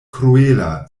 kruela